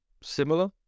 similar